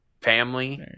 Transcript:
family